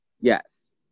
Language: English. Yes